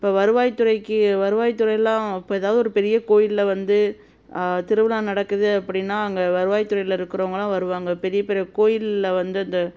இப்போ வருவாய்த்துறைக்கு வருவாய்த்துறையெலாம் இப்போ ஏதாவது ஒரு பெரிய கோயிலில் வந்து திருவிழா நடக்குது அப்படின்னா அங்கே வருவாய்த்துறையில் இருக்கிறவங்களாம் வருவாங்க பெரிய பெரிய கோயிலில் வந்து இந்த